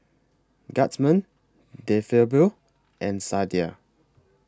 Guardsman De Fabio and Sadia